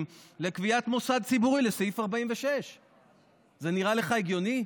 לקביעת מוסד ציבורי לעניין סעיף 46. זה נראה לך הגיוני?